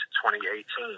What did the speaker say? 2018